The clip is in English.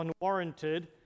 unwarranted